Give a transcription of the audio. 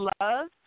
love